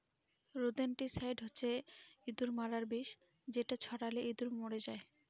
rodenticide হচ্ছে ইঁদুর মারার বিষ যেটা ছড়ালে ইঁদুর মরে যায়